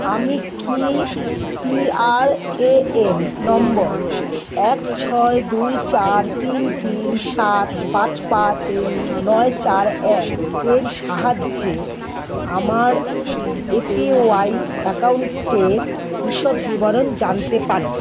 আমি কি PRAN number এক ছয় দুই চার তিন তিন সাত পাঁচ পাঁচ নয় চার এক এর সাহায্যে আমার এপিওয়াই অ্যাকাউন্টের বিশদ বিবরণ জানতে পারি